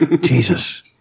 Jesus